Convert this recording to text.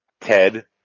Ted